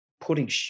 putting